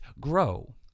grow